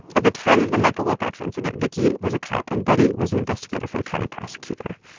at the time of the michael wilcox incident, vicky was a cop, and buddy was an investigator for the county prosecutor.